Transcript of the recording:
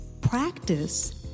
practice